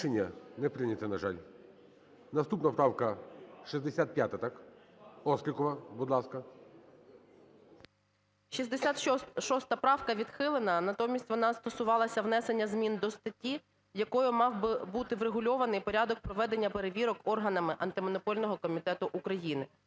Рішення не прийнято, на жаль. Наступна правка 65-а, так? Острікова, будь ласка. 13:32:09 ОСТРІКОВА Т.Г. 66 правка відхилена. Натомість вона стосувалася внесення змін до статті, якою мав би бути врегульований порядок проведення перевірок органами Антимонопольного комітету України.